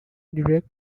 direct